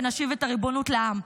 ונשיב את הריבונות לעם.